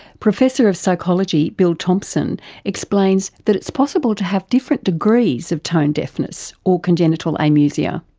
professor of psychology bill thompson explains that it's possible to have different degrees of tones deafness, or congenital amusia.